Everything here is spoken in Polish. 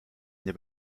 nie